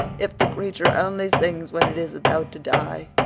if the creature only sings when it is about to die,